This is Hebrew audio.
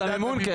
את המימון, כן.